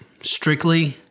strictly